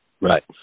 Right